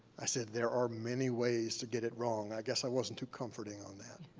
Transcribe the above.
i said, there are many ways to get it wrong i guess i wasn't too comforting on that.